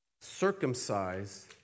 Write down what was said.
circumcise